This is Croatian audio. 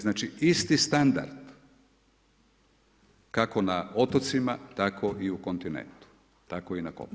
Znači isti standard kako na otocima tako i u kontinentu, tako i na kopnu.